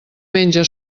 menja